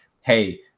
hey